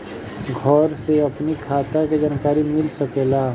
घर से अपनी खाता के जानकारी मिल सकेला?